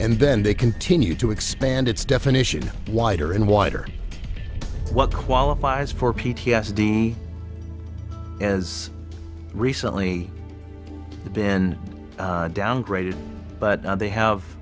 and then they continue to expand its definition wider and wider what qualifies for p t s d as recently been downgraded but they have